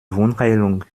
wundheilung